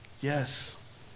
Yes